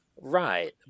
right